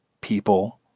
people